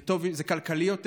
זה כלכלי יותר,